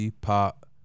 Pop